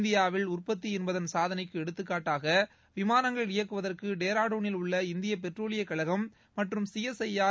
இந்தியாவில் உற்பத்தி என்பதன் சாதனைக்கு எடுத்துக்காட்டாக விமானங்கள் இயக்குவதற்கு டேராடுனில் உள்ள இந்திய பெட்ரோலியக் கழகம் மற்றும் சிஎஸ்ஐஆர்